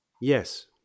Yes